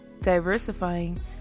diversifying